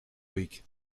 week